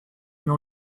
mais